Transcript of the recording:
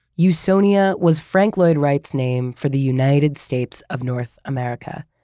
usonia was frank lloyd wright's name for the united states of north america.